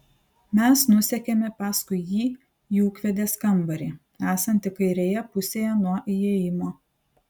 mes nusekėme paskui jį į ūkvedės kambarį esantį kairėje pusėje nuo įėjimo